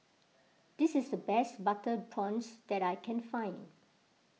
this is the best Butter Prawns that I can find